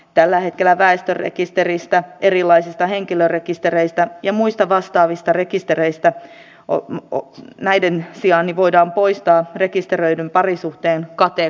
tällä hetkellä väestörekisteristä erilaisista henkilörekistereistä ja muista vastaavista rekistereistä voidaan poistaa rekisteröidyn parisuhteen kategoria